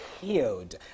healed